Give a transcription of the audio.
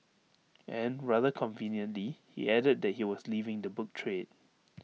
and rather conveniently he added that he was leaving the book trade